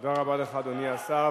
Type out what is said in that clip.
תודה רבה לך, אדוני השר.